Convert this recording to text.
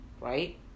right